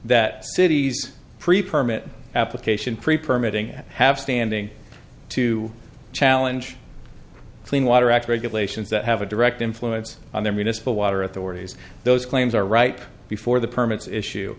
that cities prepare mitt application prepare a meeting have standing to challenge clean water act regulations that have a direct influence on their municipal water authorities those claims are right before the permits issue